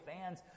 fans